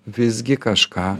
visgi kažką